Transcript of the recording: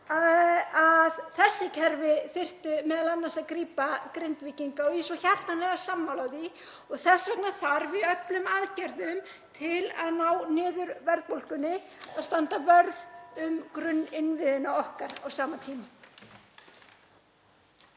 að þessi kerfi þyrftu m.a. að grípa Grindvíkinga. Ég er svo hjartanlega sammála því og þess vegna þarf í öllum aðgerðum til að ná niður verðbólgunni að standa vörð um grunninnviði okkar á sama tíma.